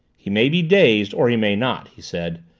he may be dazed, or he may not, he said.